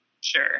Sure